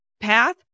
path